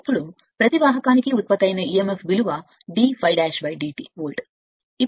ఇప్పుడు ప్రతి వాహకానికి ఉత్పత్తి అయిన emf d ∅' dt వోల్ట్ అని చెప్పండి